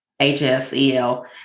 HSEL